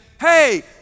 hey